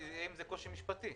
יהיה עם זה קושי משפטי.